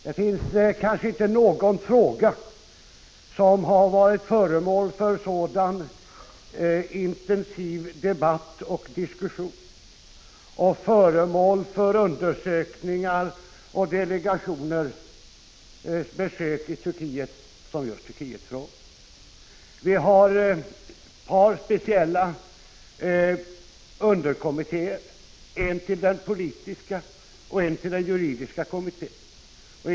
Det finns kanske inte någon fråga som har varit föremål för så intensiv debatt och diskussion och föremål för så många undersökningar och Prot. 1985/86:49 delegationsbesök som just Turkietfrågan. Vi har speciella underkommittéer, 11 december 1985 en till den politiska och en till den juridiska kommittén.